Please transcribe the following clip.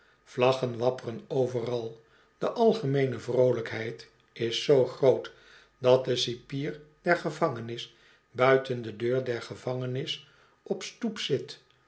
vlaggen wapperen overal de algemeene vroo ijkheid is zoo groot dat de cipier der gevangenis buiten de deur der gevangenis op stoep zit